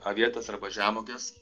avietes arba žemuoges